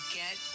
get